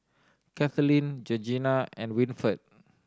Kathaleen Georgeanna and Winford